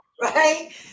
right